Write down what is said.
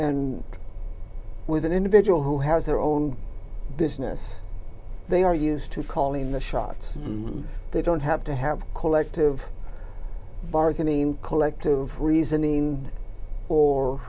and with an individual who has their own business they are used to calling the shots and they don't have to have collective bargaining collective reasoning or